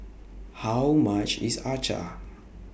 How much IS Acar